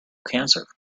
cancer